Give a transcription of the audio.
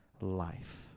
life